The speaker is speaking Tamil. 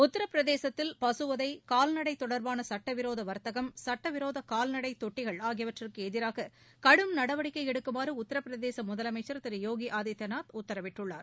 உத்தரப் பிரதேசத்தில் பசுவதை கால்நடை தொடர்பாள சட்டவிரோத வர்த்தகம் சட்டவிரோத கால்நடை தொட்டிகள் ஆகியவற்றுக்கு எதிராக கடும் நடவடிக்கை எடுக்குமாறு உத்தரப் பிரதேச முதலமைச்சர் திரு யோகி ஆதித்யநாத் உத்தரவிட்டுள்ளார்